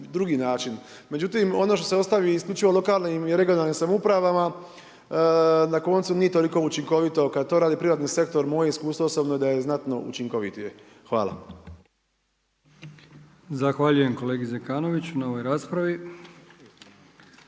drugi način, međutim ono što se ostavi isključivo lokalnim i regionalnim samoupravama, na koncu nije toliko učinkovito kad to rade privatni sektor, moje iskustvo …/Govornik se ne razumije./…da je znatno učinkovitije. Hvala. **Brkić, Milijan (HDZ)** Zahvaljujem kolegi Zekanoviću na ovoj raspravi.